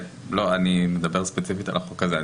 לא, אני מדבר ספציפית על החוק הזה.